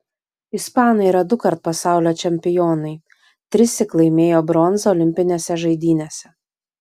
ispanai yra dukart pasaulio čempionai trissyk laimėjo bronzą olimpinėse žaidynėse